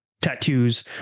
tattoos